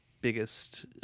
biggest